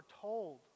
told